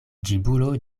ĝibulo